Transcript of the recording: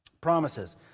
promises